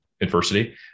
adversity